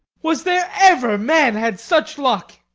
was there ever man had such luck!